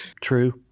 true